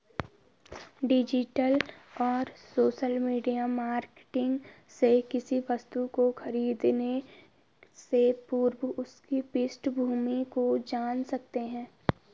digital और social media marketing से किसी वस्तु को खरीदने से पूर्व उसकी पृष्ठभूमि को जान सकते है